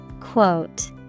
Quote